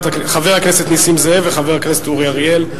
חבר הכנסת נסים זאב וחבר הכנסת אורי אריאל.